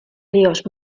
ríos